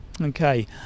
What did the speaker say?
Okay